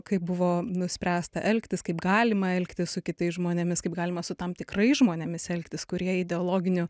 kaip buvo nuspręsta elgtis kaip galima elgtis su kitais žmonėmis kaip galima su tam tikrais žmonėmis elgtis kurie ideologiniu